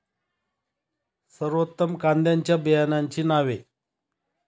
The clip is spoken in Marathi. सर्वोत्तम कांद्यांच्या बियाण्यांची नावे?